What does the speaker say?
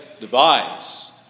device